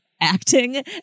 Acting